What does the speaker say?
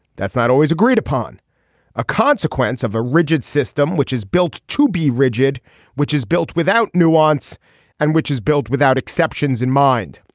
that's not always agreed upon a consequence of a rigid system which is built to be rigid which is built without nuance and which is built without exceptions in mind.